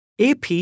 AP